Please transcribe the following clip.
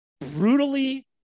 brutally